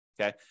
Okay